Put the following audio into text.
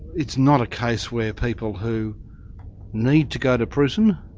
it's not a case where people who need to go to prison,